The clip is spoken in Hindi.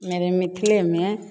मेरे मिथले में